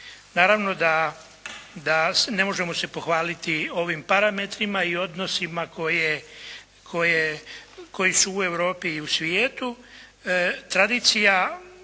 Naravno da ne može se pohvaliti ovim parametrima i odnosima koji su u Europi i u svijetu.